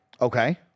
Okay